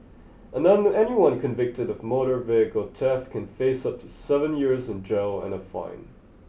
anyone convicted of motor vehicle theft can face up to seven years in jail and a fine